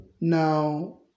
Now